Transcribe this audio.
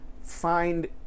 find